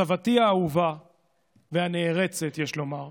סבתי האהובה והנערצת, יש לומר,